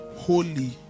holy